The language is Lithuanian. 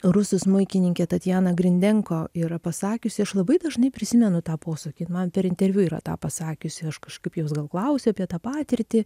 rusų smuikininkė tatjana grindenko yra pasakiusi aš labai dažnai prisimenu tą posakį man per interviu yra tą pasakiusi aš kažkaip jos gal klausiau apie tą patirtį